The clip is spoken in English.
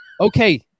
okay